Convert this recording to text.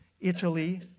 Italy